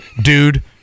dude